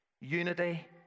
unity